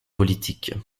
politique